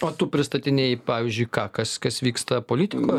o tu pristatinėji pavyzdžiui ką kas kas vyksta politikoj